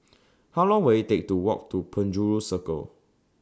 How Long Will IT Take to Walk to Penjuru Circle